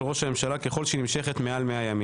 ראש הממשלה ככל שהיא נמשכת מעל 100 ימים.